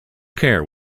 care